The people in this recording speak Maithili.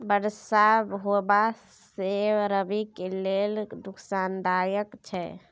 बरसा होबा से रबी के लेल नुकसानदायक छैय?